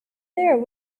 there